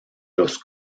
los